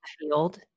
field